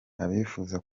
abifuza